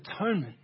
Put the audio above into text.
atonement